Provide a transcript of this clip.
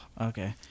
Okay